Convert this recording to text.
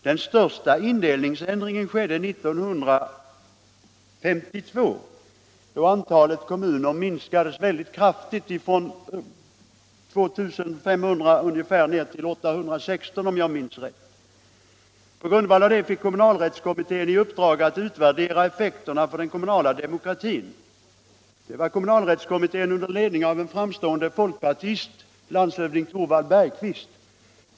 Den största indelningsändringen skedde 1952, då antalet kommuner minskades mycket kraftigt, från ungefär 2 300 till 816. Kommunalrättskommittén fick i uppdrag att utvärdera effekterna för den kommunala demokratin av denna reform. Kommittén leddes av en framstående folkpartist, landshövding Thorwald Bergquist.